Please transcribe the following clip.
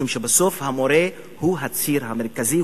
משום שבסוף המורה הוא הציר המרכזי,